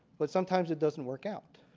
but sometimes it doesn't work out.